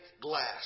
glass